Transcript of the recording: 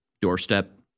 doorstep